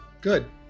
Good